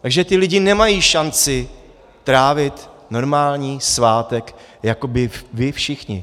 Takže ti lidé nemají šanci trávit normální svátek jako vy všichni.